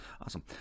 Awesome